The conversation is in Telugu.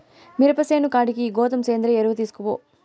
మిరప సేను కాడికి ఈ గోతం సేంద్రియ ఎరువు తీస్కపో